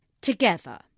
Together